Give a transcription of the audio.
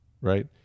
right